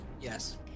yes